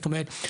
זאת אומרת,